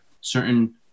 certain